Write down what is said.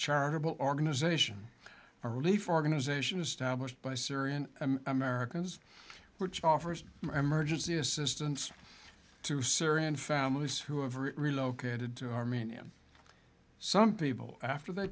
charitable organization relief organization established by syrian americans which offers emergency assistance to syrian families who have relocated to armenia some people after they